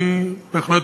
זה מוכן.